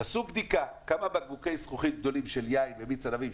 תעשו בדיקה כמה בקבוקי זכוכית גדולים של יין ומיץ ענבים,